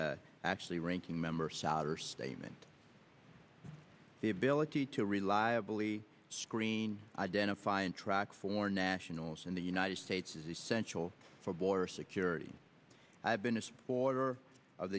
actually ranking member souter statement the ability to reliably screen identify and track for nationals in the united states is essential for border security i have been a supporter of